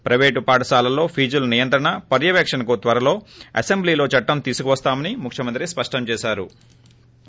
private పాఠశాలల్లో ఫీజుల నియంత్రణ పర్వవేకణకు త్వరలో అసెంబ్లీలో చట్టం తీసుకొస్తామని ముఖ్యమంత్రి స్పష్టం చేశారు